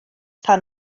pan